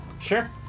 Sure